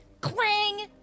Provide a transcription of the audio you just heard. clang